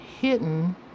hidden